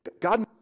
God